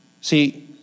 See